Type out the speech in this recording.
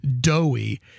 doughy